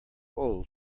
old